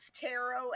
tarot